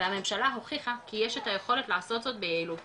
הממשלה הוכיחה כי יש לה את היכולת לעשות זאת ביעילות